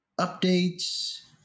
updates